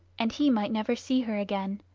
and he might never see her again.